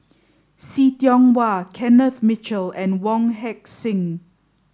see Tiong Wah Kenneth Mitchell and Wong Heck Sing